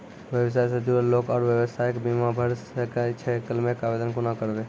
व्यवसाय सॅ जुड़ल लोक आर व्यवसायक बीमा भऽ सकैत छै? क्लेमक आवेदन कुना करवै?